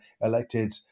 elected